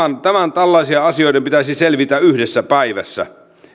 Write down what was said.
tällaisten asioiden pitäisi selvitä yhdessä päivässä